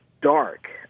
dark